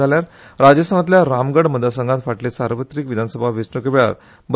जाल्यार राजस्थानातल्या रामगड मतदारसंघात फाटले सार्वत्रिक विधानसभा वेचणूके वेळार ब